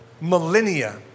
millennia